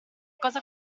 cosa